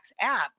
app